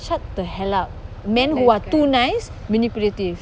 shut the hell up men who are too nice manipulative